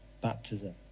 baptism